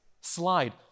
slide